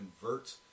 convert